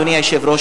היושב-ראש,